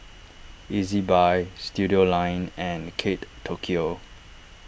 Ezbuy Studioline and Kate Tokyo